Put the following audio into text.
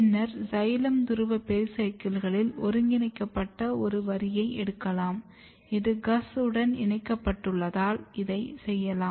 பின்னர் சைலம் துருவ பெரிசைக்கிளில் ஒருங்கிணைக்கப்பட்ட ஒரு வரியைத் எடுக்கலாம் இது GUS உடன் இணைக்கப்பட்டுள்ளதால் இதைச் செய்யலாம்